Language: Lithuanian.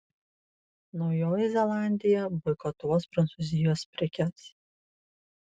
naujoji zelandija boikotuos prancūzijos prekes